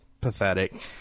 pathetic